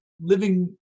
Living